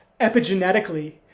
epigenetically